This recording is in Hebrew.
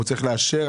הוא צריך לאשר?